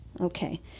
Okay